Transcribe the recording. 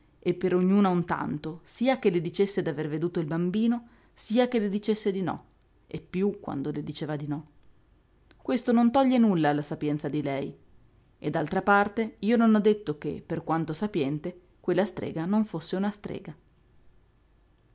e per ognuna un tanto sia che le dicesse d'aver veduto il bambino sia che le dicesse di no e piú quando le diceva di no questo non toglie nulla alla sapienza di lei e d'altra parte io non ho detto che per quanto sapiente quella strega non fosse una strega